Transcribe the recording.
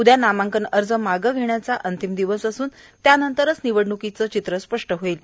उद्या नामांकन अर्ज मागं घेण्याचा अंतिम दिवस असून त्यानंतरच निवडनूकीच चित्र स्पष्ट होईल